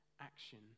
action